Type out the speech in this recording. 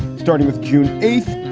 starting with june eighth,